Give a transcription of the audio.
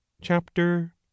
chapter